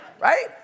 Right